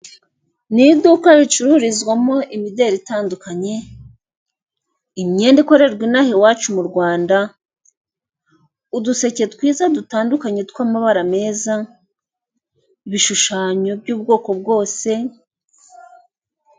Ni iduka ricururizwamo imideli itandukanye, imyenda ikorerwa inaha iwacu mu Rwanda, uduseke twiza dutandukanye tw'amabara meza, ibishushanyo by'ubwoko bwose.